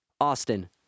Austin